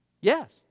Yes